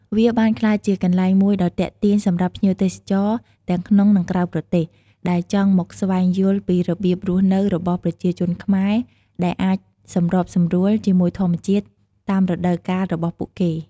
វាបានក្លាយជាកន្លែងមួយដ៏ទាក់ទាញសម្រាប់ភ្ញៀវទេសចរទាំងក្នុង និងក្រៅប្រទេស ដែលចង់មកស្វែងយល់ពីរបៀបរស់នៅរបស់ប្រជាជនខ្មែរ ដែលអាចសម្របសម្រួលជាមួយធម្មជាតិតាមរដូវកាលរបស់ពួកគេ។